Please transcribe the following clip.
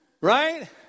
right